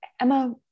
Emma